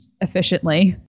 efficiently